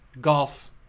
golf